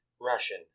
Russian